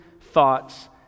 thoughts